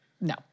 No